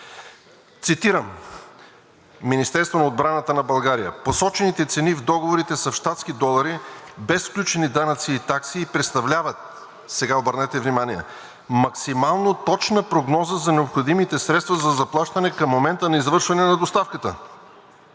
Цитирам Министерството на отбраната на България: